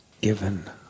given